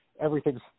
everything's